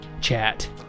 chat